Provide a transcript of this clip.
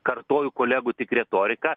kartoju kolegų tik retoriką